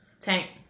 Tank